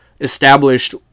established